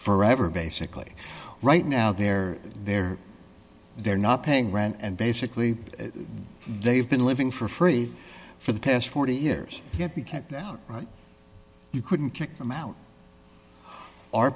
forever basically right now they're there they're not paying rent and basically they've been living for free for the past forty years can't be kept out you couldn't kick them out our